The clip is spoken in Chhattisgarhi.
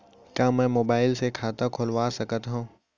का मैं मोबाइल से खाता खोलवा सकथव?